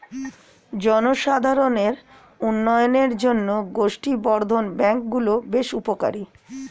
জনসাধারণের উন্নয়নের জন্য গোষ্ঠী বর্ধন ব্যাঙ্ক গুলো বেশ উপকারী